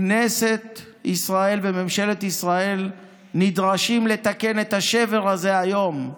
כנסת ישראל וממשלת ישראל נדרשות לתקן את השבר הזה היום.